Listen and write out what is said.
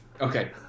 Okay